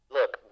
Look